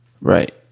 Right